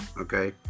Okay